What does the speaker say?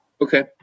okay